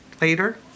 Later